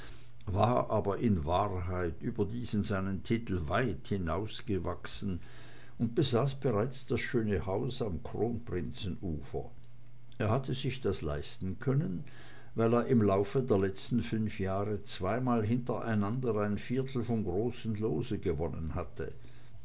war aber in wahrheit über diesen seinen titel weit hinausgewachsen und besaß bereits das schöne haus am kronprinzenufer er hatte sich das leisten können weil er im laufe der letzten fünf jahre zweimal hintereinander ein viertel vom großen lose gewonnen hatte